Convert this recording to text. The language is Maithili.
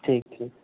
ठीक ठीक